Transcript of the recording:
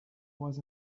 was